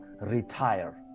retire